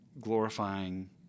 glorifying